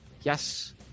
Yes